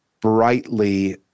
brightly